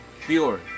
pure